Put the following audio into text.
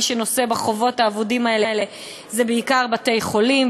מי שנושא בחובות האבודים האלה זה בעיקר בתי-חולים,